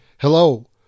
Hello